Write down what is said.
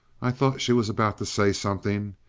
i thought she was about to say something,